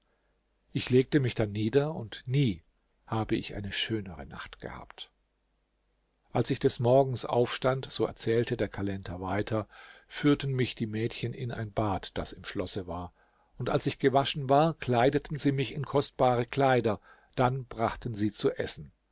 ich legte mich dann nieder und nie habe ich eine schönere nacht gehabt als ich des morgens aufstand so erzählte der kalender weiter führten mich die mädchen in ein bad das im schlosse war und als ich gewaschen war kleideten sie mich in kostbare kleider dann brachten sie zu essen